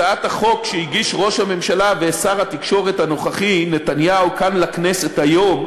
הצעת החוק שהגיש ראש הממשלה ושר התקשורת הנוכחי נתניהו כאן לכנסת היום,